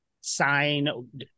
sign